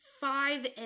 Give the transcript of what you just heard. Five